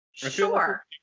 Sure